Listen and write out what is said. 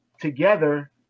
together